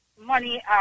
money